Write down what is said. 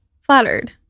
Flattered